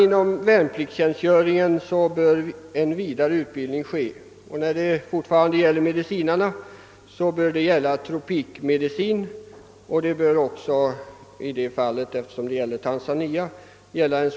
Inom värnpliktstjänstgöring bör vidare utbildning ske — jag talar fortfarande om medicinarna — i tropikmedicin och också i språk, i detta fall swahili eftersom det är fråga om Tanzania.